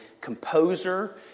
composer